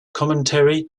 commentary